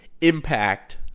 impact